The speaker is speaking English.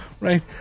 right